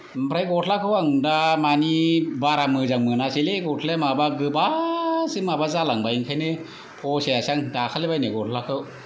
ओमफ्राय गस्लाखौ आं दा मानि बारा मोजां मोनासैलै गस्लाया माबा गोबासो माबा जालांबाय ओंखायनो फसायासै आं दाखालि बायनाय गस्लाखौ